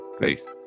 Peace